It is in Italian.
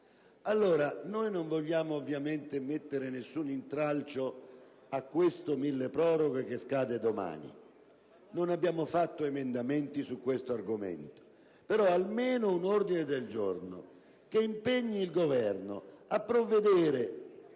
Noi non vogliamo ovviamente mettere nessun intralcio a questo milleproroghe che scade domani, e non abbiamo fatto emendamenti su questo argomento. Si accolga però almeno un ordine del giorno che impegni il Governo a provvedere